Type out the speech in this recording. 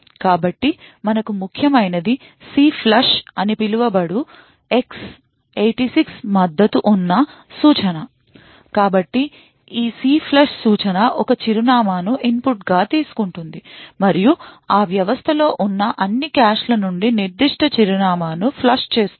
కాబట్టి మనకు ముఖ్యమైనది CLFLUSH అని పిలువబడు ఈ X 86 మద్దతు ఉన్న సూచన కాబట్టి ఈ CLFLUSH సూచన ఒక చిరునామా ను ఇన్పుట్గా తీసుకుంటుంది మరియు ఆ వ్యవస్థ లో ఉన్న అన్ని కాష్ల నుండి నిర్దిష్ట చిరునామా ను ఫ్లష్ చేస్తుంది